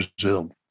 Brazil